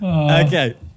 Okay